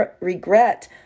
regret